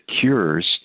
cures